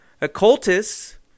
Occultists